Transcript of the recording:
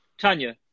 tanya